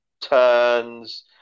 turns